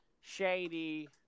shady